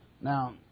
Now